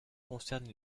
concerne